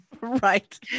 right